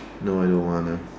no I don't wanna